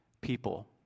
people